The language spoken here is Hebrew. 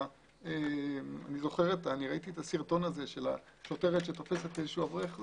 ראיתי את הסרטון של שוטרת שתופסת אברך.